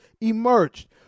emerged